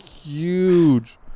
huge –